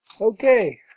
Okay